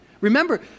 Remember